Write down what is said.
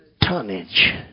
tonnage